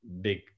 big